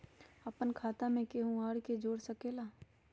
अपन खाता मे केहु आर के जोड़ सके ला?